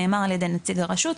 נאמר על ידי נציג הרשות,